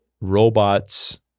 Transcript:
robots